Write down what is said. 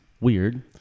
weird